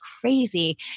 crazy